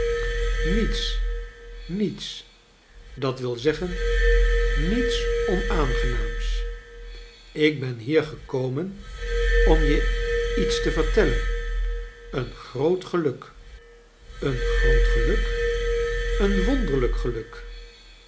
niets niets i dat wil zeggen niets onaangenaams ik ben hier gekomen om je iets te vertellen een groot geluk een groot geluk i een wonderlijk geluk